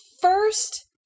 first